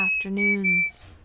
afternoons